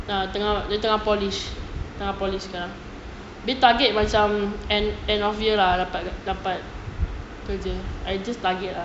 ah tengah tengah polish tengah polish sekarang dia target macam end end of year ah dapat kerja I just target ah